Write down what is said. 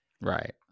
Right